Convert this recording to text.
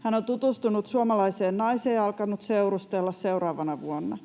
Hän on tutustunut suomalaiseen naiseen ja alkanut seurustella seuraavana vuonna.